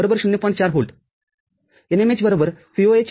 NML VIL - VOL ०